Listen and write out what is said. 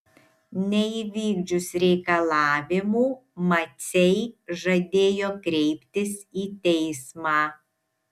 neįvykdžius reikalavimų maciai žadėjo kreiptis į teismą